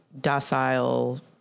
docile